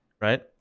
right